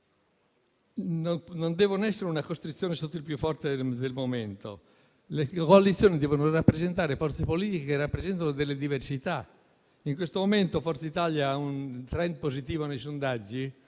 Non devono essere una costrizione sotto il partito più forte del momento; le coalizioni devono rappresentare forze politiche che rappresentano delle diversità. In questo momento Forza Italia ha un *trend* positivo nei sondaggi,